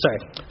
sorry